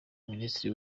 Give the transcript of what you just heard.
minisitiri